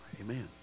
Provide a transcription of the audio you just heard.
Amen